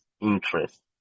interest